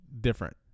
different